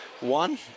One